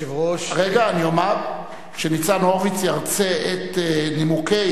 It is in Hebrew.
אני אומר שניצן הורוביץ ירצה את נימוקי